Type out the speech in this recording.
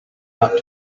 out